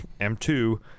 M2